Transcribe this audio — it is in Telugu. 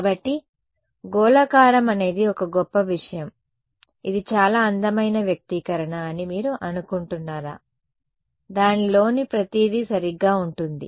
కాబట్టి గోళాకారం అనేది ఒక గొప్ప విషయం ఇది చాలా అందమైన వ్యక్తీకరణ అని మీరు అనుకుంటున్నారా దానిలోని ప్రతిదీ సరిగ్గా ఉంటుంది